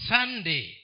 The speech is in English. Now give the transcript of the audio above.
Sunday